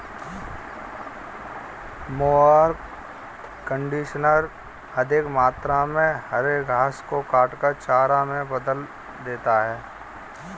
mower conditioner अधिक मात्रा में हरे घास को काटकर चारा में बदल देता है